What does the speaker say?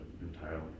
entirely